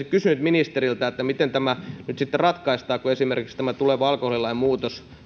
kysynyt ministeriltä miten tämä nyt sitten ratkaistaan kun esimerkiksi tämä tuleva alkoholilain muutos